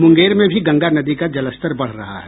मुंगेर में भी गंगा नदी का जलस्तर बढ़ रहा है